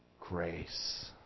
grace